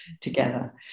together